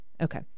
Okay